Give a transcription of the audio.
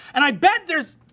and i bet there's.